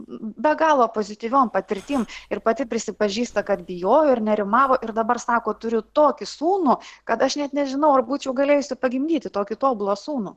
be galo pozityviom patirtim ir pati prisipažįsta kad bijojo ir nerimavo ir dabar sako turiu tokį sūnų kad aš net nežinau ar būčiau galėjusi pagimdyti tokį tobulą sūnų